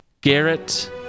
Garrett